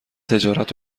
تجارت